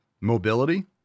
Mobility